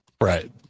Right